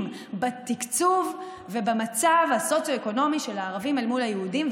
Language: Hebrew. בתקצוב ובמצב הסוציו-אקונומי של הערבים אל מול היהודים,